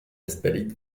esperit